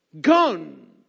gone